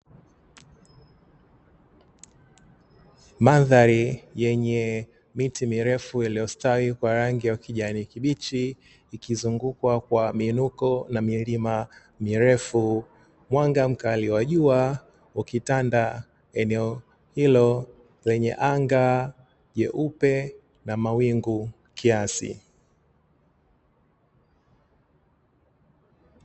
Mandhari yenye miti mirefu iliyostawi kwa rangi ya ukijani kibichi ikizungukwa kwa miinuko na milima mirefu, mwanga mkali wa jua ukitanda eneo hilo lenye anga jeupe na mawingu kiasi.